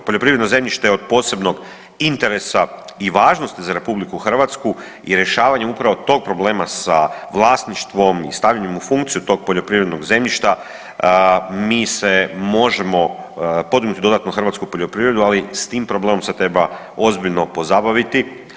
Poljoprivredno zemljište je od posebnog interesa i važnosti za RH i rješavanjem upravo tog problema sa vlasništvom i stavljanjem u funkciju tog poljoprivrednog zemljišta mi se možemo podignuti dodatno hrvatsku poljoprivredu, ali s tim problemom se treba ozbiljno pozabaviti.